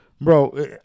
Bro